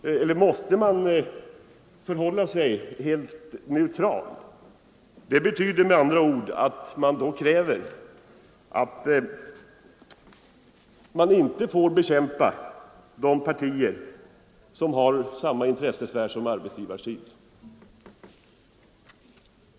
Måste de förhålla sig helt neutrala? Det betyder med andra ord att de inte får bekämpa partier som har samma intressesfär som arbetsgivarsidan.